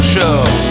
Show